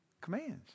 commands